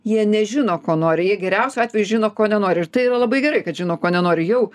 jie nežino ko nori jie geriausiu atveju žino ko nenori ir tai yra labai gerai kad žino ko nenori jau